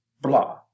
blah